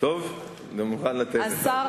סיימת?